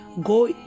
go